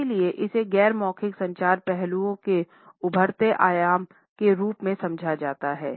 इसलिए इसे गैर मौखिक संचार पहलुओं के उभरते आयाम के रूप में समझा जाता है